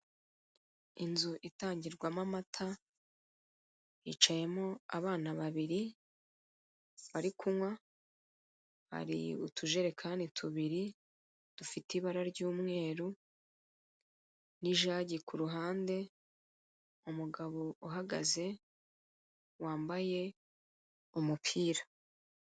Inzu itangirwamo amata hicayemo abana babiri bari kunywa hari utujerekani rubiri dufite ibara ry'umweru n'ijagi kuruhande umugabo uhagaze wambaye umupira.